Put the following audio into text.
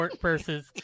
versus